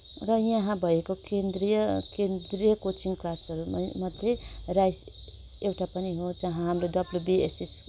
र यहाँ भएको केन्द्रिय केन्द्रिय कोचिङ क्लासहरूमा मध्ये राइस एउटा पनि हुन्छ हाम्रो डब्लुबिएसएस